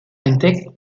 entdeckt